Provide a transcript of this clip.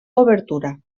obertura